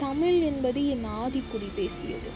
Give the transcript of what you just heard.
தமிழ் என்பது என் ஆதிக்குடி பேசியது